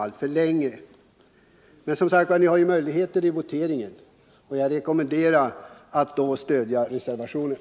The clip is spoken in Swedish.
Men ni har som sagt var möjlighet att göra det nu vid voteringen. Jag rekommenderar er att då stödja reservationen.